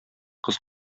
кыз